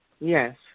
Yes